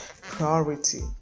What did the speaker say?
priority